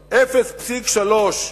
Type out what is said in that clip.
0.3%,